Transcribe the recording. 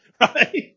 right